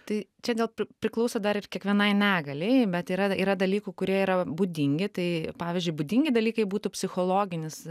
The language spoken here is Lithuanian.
tai čia dėl priklauso dar ir kiekvienai negaliai bet yra yra dalykų kurie yra būdingi tai pavyzdžiui būdingi dalykai būtų psichologinis